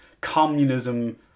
communism